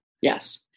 Yes